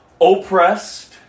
oppressed